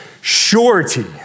surety